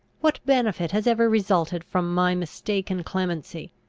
what benefit has ever resulted from my mistaken clemency?